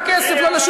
אבל שלא ינסה,